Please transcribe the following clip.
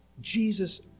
Jesus